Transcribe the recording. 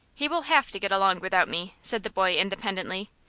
he will have to get along without me, said the boy, independently.